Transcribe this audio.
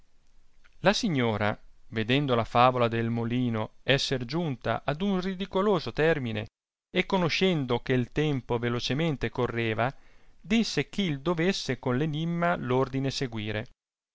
la signora vedendo la favola del molino esser giunta ad un ridicoloso termine e conoscendo che tempo velocemente correva disse eh il dovesse con l'enimma l'ordine seguire